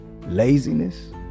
laziness